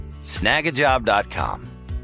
Snagajob.com